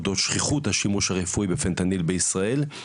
אודות שכיחות השימוש הרפואי בפנטניל בישראל,